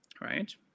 right